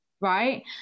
right